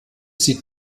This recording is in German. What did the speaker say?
sie